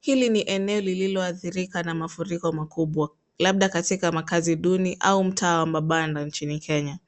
Hili ni eneo lililoathirika na mafuriko makubwa, labda katika makazi duni au mtaa wa mabanda nchini Kenya.